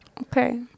Okay